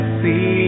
see